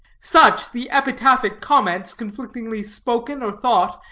such the epitaphic comments, conflictingly spoken or thought,